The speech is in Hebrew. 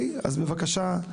אז בבקשה,